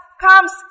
comes